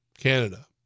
Canada